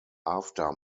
after